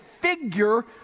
figure